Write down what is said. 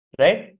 Right